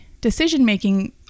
decision-making